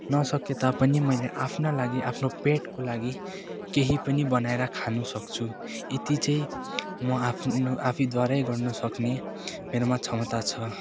नसके तापनि मैले आफ्ना लागि आफ्ना पेटको लागि केही पनि बनाएर खानु सक्छु यति चाहिँ म आफ्नो आफूद्वारै गर्नु सक्ने मेरोमा क्षमता छ